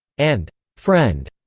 and friend.